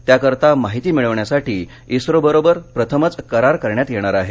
त्याकरता माहिती मिळवण्यासाठी इस्रोबरोबर प्रथमच करार करण्यात येणार आहे